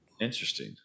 Interesting